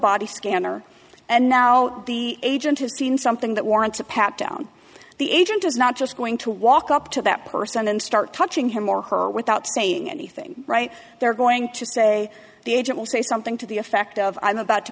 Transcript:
body scanner and now the agent has seen something that warrants a pat down the agent is not just going to walk up to that person and start touching him or her without saying anything right they're going to say the agent will say something to the effect of i'm about to